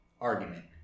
argument